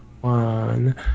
one